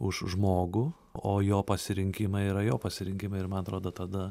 už žmogų o jo pasirinkimai yra jo pasirinkimai ir man atrodo tada